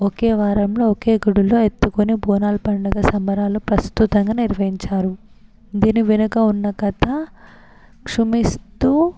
ఒకే వారంలో ఒకే గుడిలో ఎత్తుకొని బోనాల పండుగ సంబరాలు ప్రస్తుతంగా నిర్వహించారు దీని వెనుక ఉన్న కథ క్షుమిస్తూ